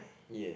ya